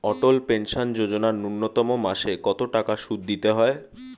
অটল pension Yojana ন্যূনতম মাসে কত টাকা সুধ দিতে হয়?